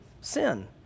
sin